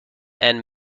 and